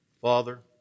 Father